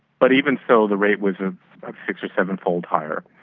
but even so the rate was of six or seven-fold higher.